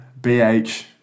BH